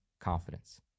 confidence